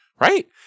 right